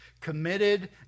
committed